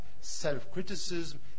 self-criticism